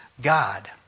God